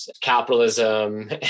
capitalism